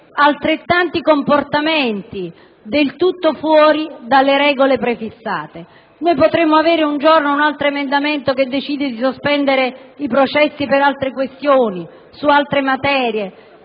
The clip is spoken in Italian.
altrettanti comportamenti del tutto fuori dalle regole prefissate. Noi un giorno potremmo infatti avere un altro emendamento che decide di sospendere i processi, per altre questioni, su altre materie.